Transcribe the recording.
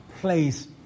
place